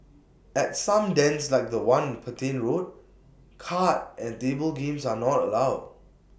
at some dens like The One in Petain road card and table games are not allowed